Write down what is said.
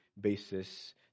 basis